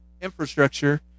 infrastructure